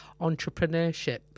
entrepreneurship